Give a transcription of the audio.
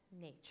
Nature